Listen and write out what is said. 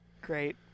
great